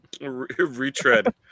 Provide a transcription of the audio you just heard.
Retread